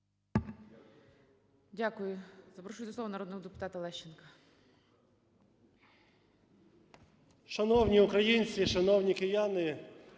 Дякую. Запрошую до слова народного депутата Лещенка.